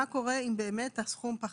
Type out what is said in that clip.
מה קורה אם באמת הסכום פחת?